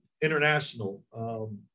international